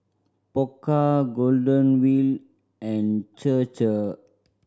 Pokka Golden Wheel and Chir Chir